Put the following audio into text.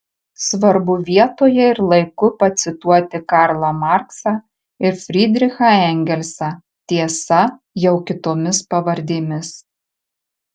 svarbu vietoje ir laiku pacituoti karlą marksą ir frydrichą engelsą tiesa jau kitomis pavardėmis